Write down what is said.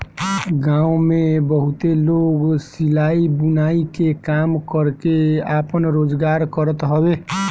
गांव में बहुते लोग सिलाई, बुनाई के काम करके आपन रोजगार करत हवे